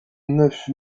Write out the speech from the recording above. neuf